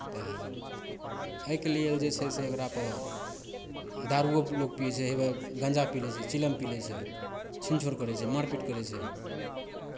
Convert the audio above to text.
तऽ एहिके लेल जे छै से ओकरापर दारूओ लोक पियै छै हेवए गाँजा पी लै छै चीलम पी लै छै छीन छोड़ करै छै मारपीट करै छै